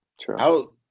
true